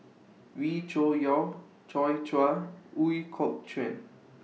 Wee Cho Yaw Joi Chua Ooi Kok Chuen